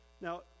Now